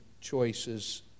choices